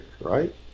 right